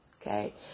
Okay